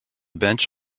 bench